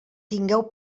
tingueu